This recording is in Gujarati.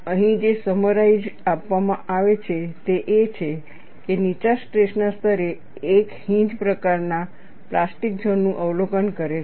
અને અહીં જે સમરાઇઝ્ડ આપવામાં આવે છે તે એ છે કે નીચા સ્ટ્રેસના સ્તરે એક હીંજ પ્રકારના પ્લાસ્ટિક ઝોન નું અવલોકન કરે છે